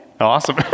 Awesome